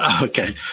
Okay